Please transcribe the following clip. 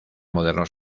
modernos